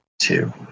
two